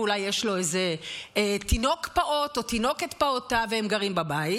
ואולי יש לו איזה תינוק פעוט או תינוקת פעוטה והם גרים בבית,